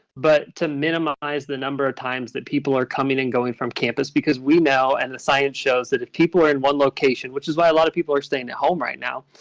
but to minimize the number of times that people are coming and going from campus because we know and the science shows that if people are in one location, which is why a lot of people are staying at home right now,